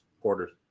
quarters